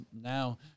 now